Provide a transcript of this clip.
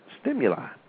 stimuli